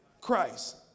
Christ